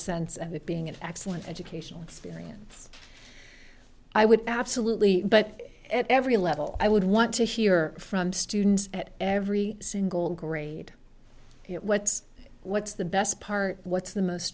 sense of it being an excellent educational experience i would absolutely but at every level i would want to hear from students at every single grade what's what's the best part what's the most